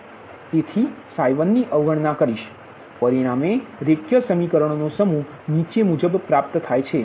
તેથી 1 ની અવગણના કરીશ પરિણામે રેખીય સમીકરણો નો સમૂહ નીચે મુજબ પ્રાપ્ત થાય છે